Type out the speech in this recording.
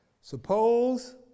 Suppose